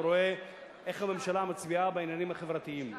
ורואה איך הממשלה מצביעה בעניינים החברתיים.